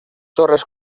torres